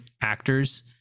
actors